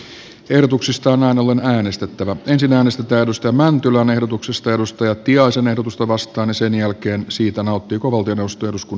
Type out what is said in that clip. toistuva lapsilisien leikkaaminen on äänestettävä pysyvämmistä perustelmäntylän ehdotuksesta jalustoja tiaisen ehdotusta vastaan omiaan heikentämään erityisesti pienipalkkaisten lapsiperheiden asemaa